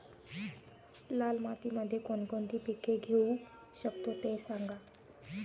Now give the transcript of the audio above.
लाल मातीमध्ये कोणकोणती पिके घेऊ शकतो, ते सांगा